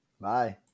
Bye